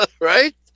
Right